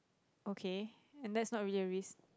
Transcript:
okay and that's not really a risk